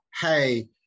hey